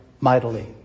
mightily